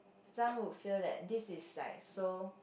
some would feel that this is like so